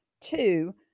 two